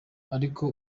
ariko